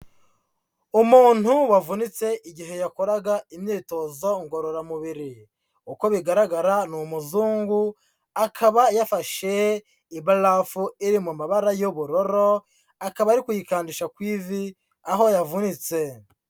Umuntu wavunitse igihe yakoraga imyitozo ngororamubiri. Uko bigaragara ni umuzungu akaba yafashe ibarafu iri mu mabara y'ubururu, akaba ari kuyikandisha ku ivi aho yavunitse.